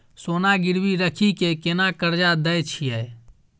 सोना गिरवी रखि के केना कर्जा दै छियै?